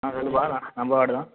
ஆ சொல்லுப்பா ந நம்ம வார்டு தான்